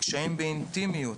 קשיים באינטימיות,